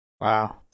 Wow